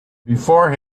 before